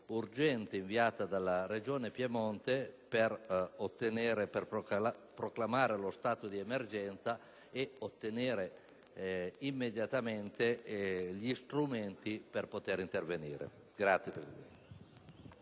urgente, inviata dalla Regione Piemonte, di proclamare lo stato d'emergenza e ottenere immediatamente gli strumenti per poter intervenire.